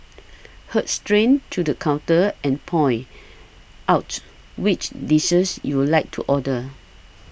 heard straight to the counter and point out which dishes you'll like to order